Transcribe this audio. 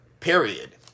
period